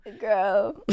Girl